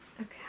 Okay